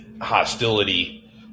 hostility